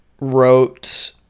wrote